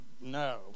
no